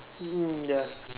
mm ya